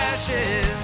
ashes